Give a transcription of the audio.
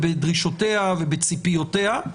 דרישותיה וציפיותיה.